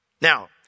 Now